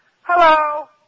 Hello